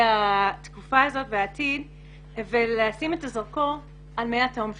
התקופה הזאת בעתיד ולשים את הזרקור על מי התהום שלנו.